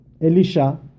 Elisha